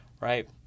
Right